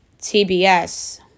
TBS